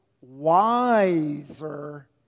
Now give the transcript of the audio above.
wiser